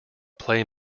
play